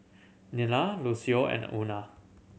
Nila Lucio and Una